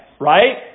right